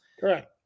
Correct